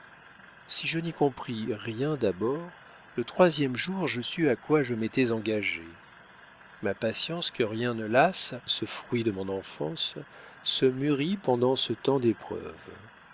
si je n'y compris rien d'abord le troisième jour je sus à quoi je m'étais engagé ma patience que rien ne lasse ce fruit de mon enfance se mûrit pendant ce temps d'épreuves